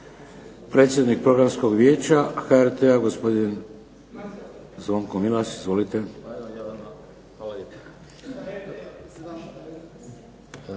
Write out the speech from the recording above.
Predsjednik Programskog vijeća HRT-a gospodin Zvonko Milas. Izvolite.